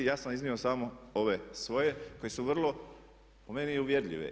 Ja sam iznio samo ove svoje koje su vrlo po meni uvjerljive.